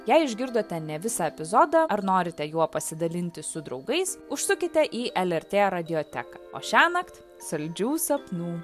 jei išgirdote ne visą epizodą ar norite juo pasidalinti su draugais užsukite į lrt radioteką o šiąnakt saldžių sapnų